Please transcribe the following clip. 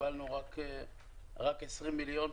קיבלנו רק 20 מיליון,